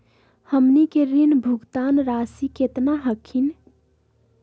हमनी के ऋण भुगतान रासी केतना हखिन?